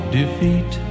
defeat